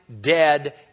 dead